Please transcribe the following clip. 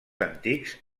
antics